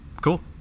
Cool